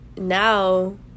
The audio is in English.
Now